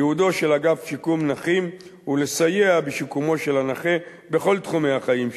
ייעודו של אגף שיקום נכים הוא לסייע בשיקומו של הנכה בכל תחומי החיים,